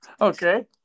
Okay